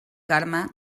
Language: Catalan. carme